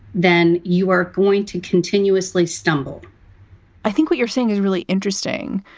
then you are going to continuously stumble i think what you're saying is really interesting.